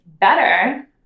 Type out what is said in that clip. better